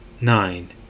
nine